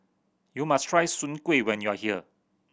you must try Soon Kuih when you are here